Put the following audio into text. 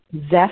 zest